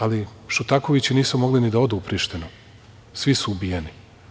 Ali, Šutakovići nisu mogli ni da odu u Prištinu, svi su ubijeni.